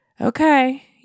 okay